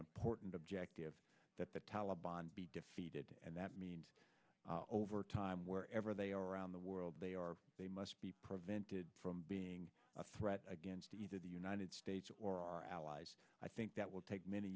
important objective that the taliban be defeated and that means over time wherever they are around the world they are they must be prevented from being a threat against either the united states or our allies i think that will take many